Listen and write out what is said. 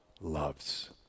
loves